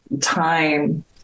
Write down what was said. time